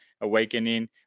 awakening